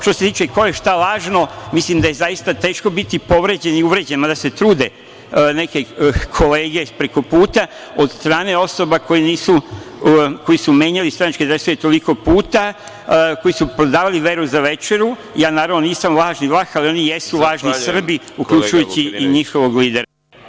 Što se tiče ko je, šta lažno, mislim da je zaista teško biti povređen i uvređen, mada se trude neke kolege preko puta od strane osoba koji su menjali stranačke dresove toliko puta, koji su prodavali veru za večeru, ja naravno nisam lažni Vlah, ali oni jesu lažni Srbi, uključujući i njihovog lidera.